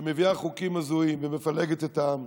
שמביאה חוקים הזויים ומפלגת את העם: